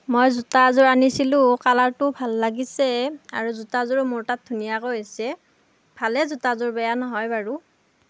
মই জোতা এযোৰ আনিছিলোঁ কালাৰটোও ভাল লাগিছে আৰু জোতাযোৰো মোৰ তাত ধুনীয়াকৈ হৈছে ভালেই জোতাযোৰ বেয়া নহয় বাৰু